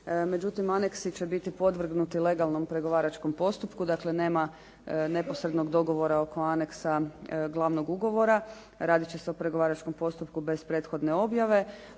međutim aneksi će biti podvrgnuti legalnom pregovaračkom postupku. Dakle nema neposrednog dogovora oko aneksa glavnog ugovora. Radit će se o pregovaračkom postupku bez prethodne objave